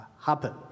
happen